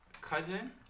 cousin